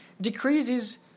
decreases